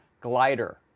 Glider